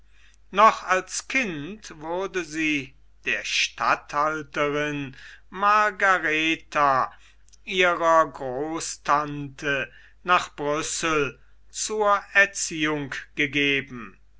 noch als kind wurde sie der statthalterin margaretha ihrer großtante nach brüssel zur erziehung gegeben